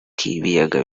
k’ibiyaga